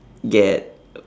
get